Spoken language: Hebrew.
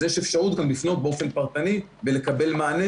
אז יש אפשרות גם לפנות באופן פרטני ולקבל מענה,